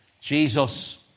Jesus